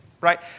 right